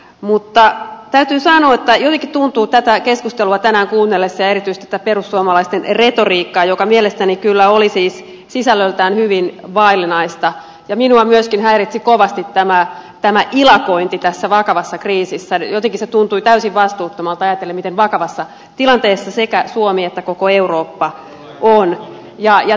mutta täytyy sanoa että tänään kuunnellessa tätä keskustelua ja erityisesti tätä perussuomalaisten retoriikkaa joka mielestäni kyllä oli siis sisällöltään hyvin vaillinaista ja jossa minua myöskin häiritsi kovasti tämä ilakointi tässä vakavassa kriisissä jotenkin se tuntui täysin vastuuttomalta ajatellen miten vakavassa tilanteessa sekä suomi että koko eurooppa ovat